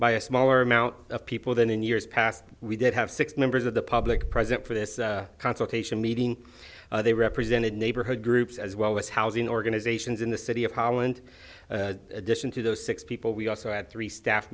by a smaller amount of people than in years past we did have six members of the public present for this consultation meeting they represented neighborhood groups as well as housing organizations in the city of holland addition to those six people we also had three staff